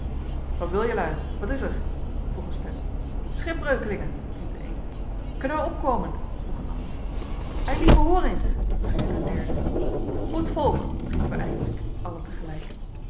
wat wil jelui wat is er vroeg een stem schipbreukelingen riep de een kunnen wij opkomen vroeg een ander eilieve hoor eens schreeuwde een derde goed volk riepen wij eindelijk allen